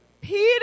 Peter